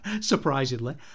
surprisingly